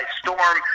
storm